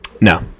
No